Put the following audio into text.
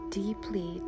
deeply